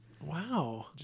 Wow